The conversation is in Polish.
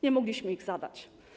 Nie mogliśmy ich zadać.